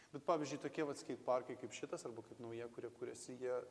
bet pavyzdžiui tokie vat skeit parkai kaip šitas arba kaip nauja kuria kuriasi ja